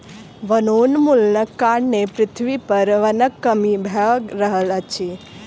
वनोन्मूलनक कारणें पृथ्वी पर वनक कमी भअ रहल अछि